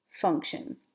function